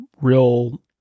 real